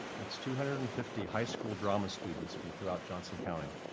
that's two hundred and fifty, high school drama students from throughout johnson county.